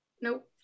nope